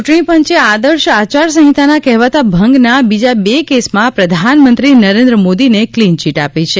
ચૂંટણી પંચે આદર્શ આચાર સંહિતાના કહેવાતા ભંગના બીજા બે કેસમાં પ્રધાનમંત્રી નરેન્દ્ર મોદીને કલીન ચીટ આપી છે